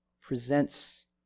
presents